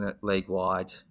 league-wide